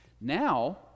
Now